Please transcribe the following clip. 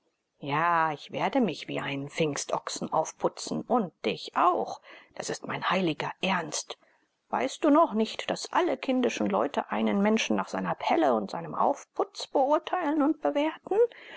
ja ich werde mich wie einen pfingstochsen aufputzen und dich auch das ist mein heiliger ernst weißt du noch nicht daß alle kindischen leute einen menschen nach seiner pelle und seinem aufputz beurteilen und bewerten